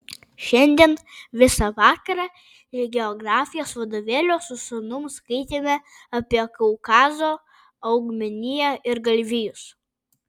šiandien visą vakarą iš geografijos vadovėlio su sūnum skaitėme apie kaukazo augmeniją ir galvijus